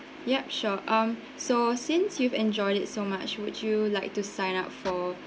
ya sure um so since you've enjoyed it so much would you like to sign up for